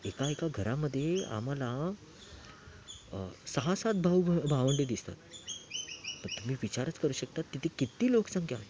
एका एका घरामध्ये आम्हाला सहा सात भाऊ भावंडं दिसतात तर तुम्ही विचारच करू शकता तिथे किती लोकसंख्या आहे